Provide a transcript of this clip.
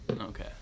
Okay